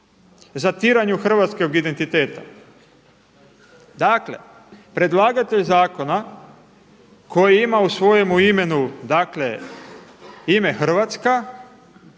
zatiranju hrvatskog identiteta. Dakle predlagatelj zakona koji ima u svojem imenu dakle ime Hrvatska